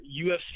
UFC